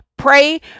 Pray